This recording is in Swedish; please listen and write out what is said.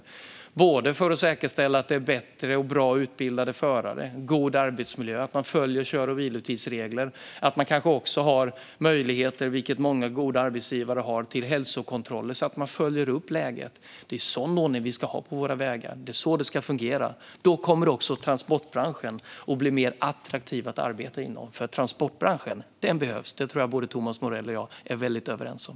Det handlar om att säkerställa att det är bättre och bra utbildade förare, att arbetsmiljön är god och att kör och vilotidsregler följs. Det ska också finnas möjligheter till hälsokontroller, vilket många goda arbetsgivare ger, så att läget följs upp. Det är en sådan ordning vi ska ha på våra vägar. Det är så det ska fungera. Då kommer också transportbranschen att bli mer attraktiv att arbeta inom. Transportbranschen behövs nämligen; det tror jag att Thomas Morell och jag är överens om.